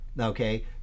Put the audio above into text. Okay